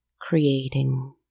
creating